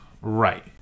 right